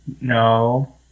No